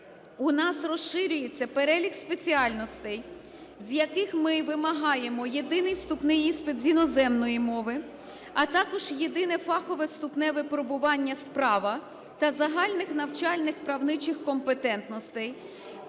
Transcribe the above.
у нас розширюється перелік спеціальностей, з яких ми вимагаємо єдиний вступний іспит з іноземної мови, а також єдине фахове вступне випробування з права та загальних навчальних правничих компетентностей